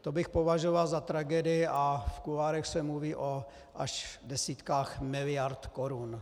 To bych považoval za tragédii a v kuloárech se mluví až o desítkách miliard korun.